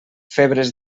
febres